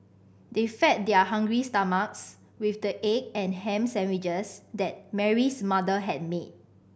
they fed their hungry stomachs with the egg and ham sandwiches that Mary's mother had made